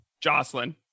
Jocelyn